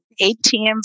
ATMs